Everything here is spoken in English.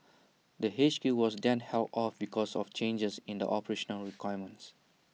the H Q was then held off because of changes in the operational requirements